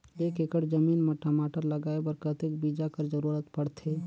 एक एकड़ जमीन म टमाटर लगाय बर कतेक बीजा कर जरूरत पड़थे?